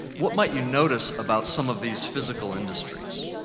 what might you notice about some of these physical industries?